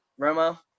Romo